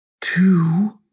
two